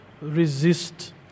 resist